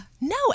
No